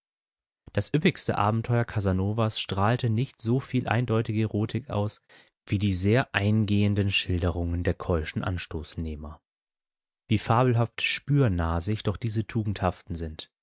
das üppigste abenteuer casanovas strahlte nicht so viel eindeutige erotik aus wie die sehr eingehenden schilderungen der keuschen anstoßnehmer wie fabelhaft spürnasig doch diese tugendhaften sind